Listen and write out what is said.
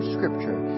Scripture